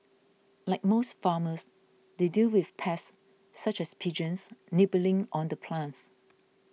like most farmers they deal with pests such as pigeons nibbling on the plants